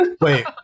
Wait